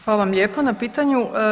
Hvala vam lijepo na pitanju.